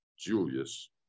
Julius